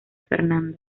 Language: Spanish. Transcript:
fernando